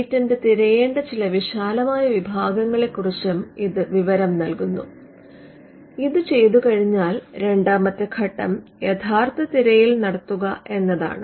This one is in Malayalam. പേറ്റന്റ് തിരയേണ്ട ചില വിശാലമായ വിഭാഗങ്ങളെ കുറിച്ചും ഇത് വിവരം നൽകുന്നു ഇത് ചെയ്തുകഴിഞ്ഞാൽരണ്ടാമത്തെ ഘട്ടം യഥാർത്ഥ തിരയൽ നടത്തുക എന്നതാണ്